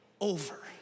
over